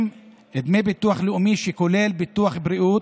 דמי ביטוח לאומי שכוללים ביטוח בריאות,